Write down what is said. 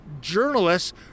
journalists